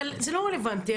אבל זה לא רלבנטי.